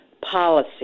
policy